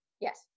Yes